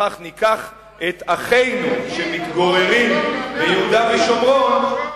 ובכך ניקח את אחינו שמתגוררים ביהודה ושומרון,